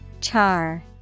Char